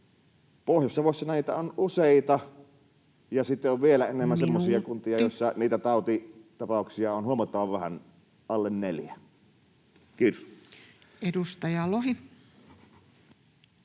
Pohjois-Savossa näitä on useita, ja sitten on vielä enemmän semmoisia kuntia, [Puhemies: Minuutti!] joissa tautitapauksia on huomattavan vähän, alle neljä. — Kiitos. Edustaja Lohi.